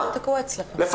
הכל תקוע אצלכם --- למה?